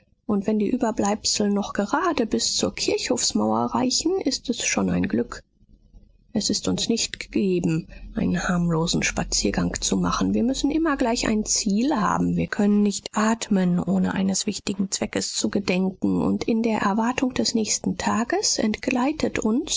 und wenn die überbleibsel noch gerade bis zur kirchhofsmauer reichen ist es schon ein glück es ist uns nicht gegeben einen harmlosen spaziergang zu machen wir müssen immer gleich ein ziel haben wir können nicht atmen ohne eines wichtigen zweckes zu gedenken und in der erwartung des nächsten tages entgleitet uns